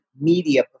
media